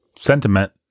sentiment